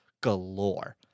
galore